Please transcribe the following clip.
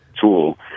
tool